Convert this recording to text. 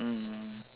mm